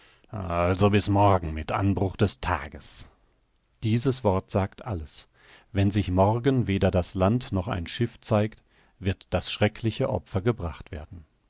also bis morgen mit anbruch des tages dieses wort sagt alles wenn sich morgen weder das land noch ein schiff zeigt wird das schreckliche opfer gebracht werden